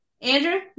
Andrew